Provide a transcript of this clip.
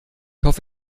hoffe